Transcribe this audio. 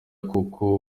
koko